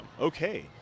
Okay